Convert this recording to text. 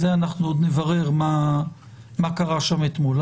אנחנו עוד נברר מה קרה שם אתמול.